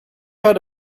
heard